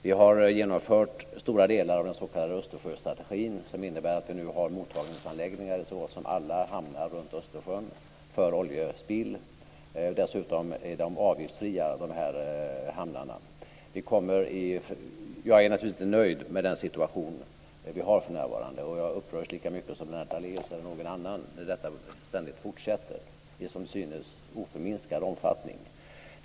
Vi har genomfört stora delar av den s.k. Östersjöstrategin, som innebär att vi nu har mottagningsanläggningar i så gott som alla hamnar runt Östersjön för oljespill. Dessutom är de hamnarna avgiftsfria. Jag är naturligtvis inte nöjd med den situation vi har för närvarande. Jag upprörs lika mycket som Lennart Daléus eller någon annan för att detta ständigt fortsätter i som synes oförminskad omfattning.